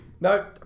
no